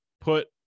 put